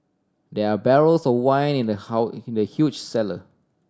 there are barrels of wine in the in the huge cellar